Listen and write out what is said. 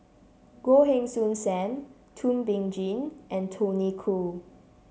Goh Heng Soon Sam Thum Ping Tjin and Tony Khoo